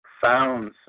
found